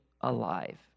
alive